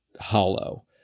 hollow